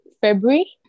february